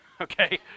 Okay